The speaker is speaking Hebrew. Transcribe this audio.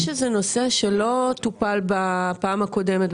יש נושא שלא טופל בפעם הקודמת,